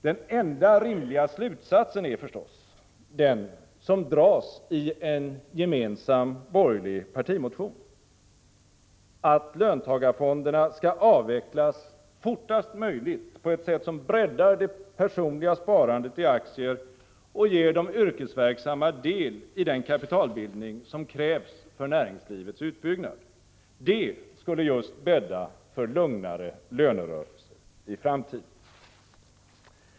Den enda rimliga slutsatsen är förstås den som dras i en gemensam borgerlig partimotion: att löntagarfonderna skall avvecklas fortast möjligt på ett sätt som breddar det personliga sparandet i aktier och ger de yrkesverksamma del i den kapitalbildning som krävs för näringslivets utbyggnad. Det skulle just bädda för lugnare lönerörelser i framtiden.